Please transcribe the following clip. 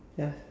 ya